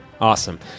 Awesome